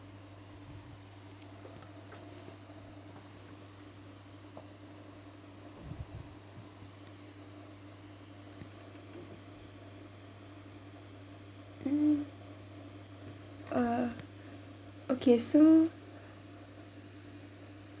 mm uh okay so